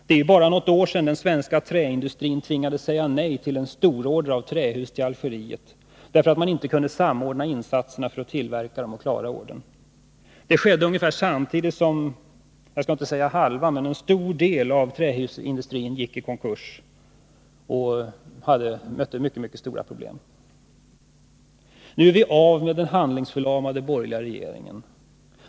Det är bara något år sedan den svenska träindustrin tvingades säga nej till en stororder av trähus till Algeriet, därför att man inte kunde samordna insatserna för att tillverka husen och klara ordern. Det skedde ungefär samtidigt som, jag skall inte säga halva, men en stor del av trähusindustrin gick i konkurs och mötte mycket stora problem. Nu är vi av med den handlingsförlamade borgerliga regeringen.